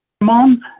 Mom